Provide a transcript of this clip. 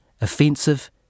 offensive